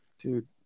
Dude